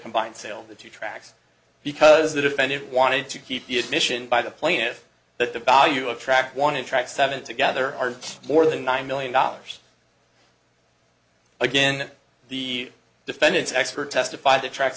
combined sale the two tracks because the defendant wanted to keep the admission by the plaintiff that the value of track want to track seven together are more than one million dollars again the defendant's expert testified that trac